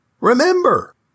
Remember